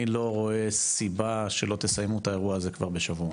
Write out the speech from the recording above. אני לא רואה סיבה שלא תסיימו את האירוע הזה כבר בשבוע,